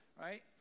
right